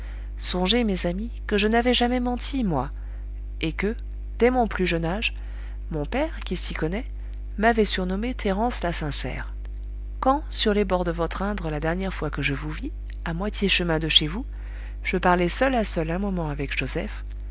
songez mes amis que je n'avais jamais menti moi et que dès mon plus jeune âge mon père qui s'y connaît m'avait surnommée thérence la sincère quand sur les bords de votre indre la dernière fois que je vous vis à moitié chemin de chez vous je parlai seule à seul un moment avec joseph